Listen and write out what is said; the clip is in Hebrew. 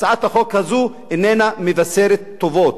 הצעת החוק הזאת איננה מבשרת טובות.